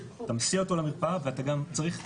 אתה מסיע אותם למרפאה ואתה גם צריך,